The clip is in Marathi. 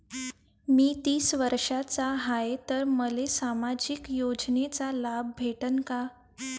मी तीस वर्षाचा हाय तर मले सामाजिक योजनेचा लाभ भेटन का?